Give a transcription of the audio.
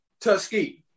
Tuskegee